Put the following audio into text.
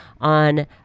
on